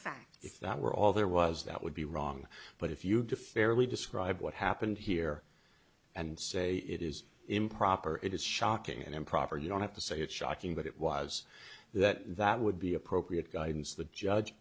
facts if that were all there was that would be wrong but if you do fairly describe what happened here and say it is improper it is shocking and improper you don't have to say it's shocking but it was that that would be appropriate guidance the judge